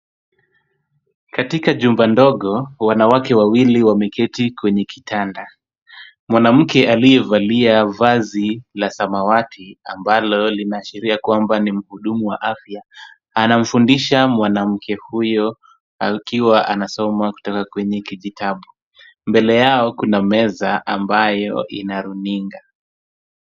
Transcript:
Katika jumba ndogo, wanawake wawili wameketi kwenye kitanda. Mwanamke aliyevalia vazi la samawati, ambalo linaashiria kwamba ni muhudumu wa afya, anamfundisha mwanamke huyo akiwa anasoma kutoka kwenye kijitabu. Mbele yao kuna meza ambayo ina runinga.